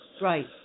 Right